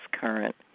current